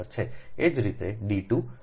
એ જ રીતે d 2 d 2 આ એક છે